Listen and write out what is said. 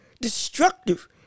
destructive